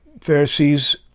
Pharisees